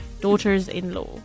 Daughters-in-law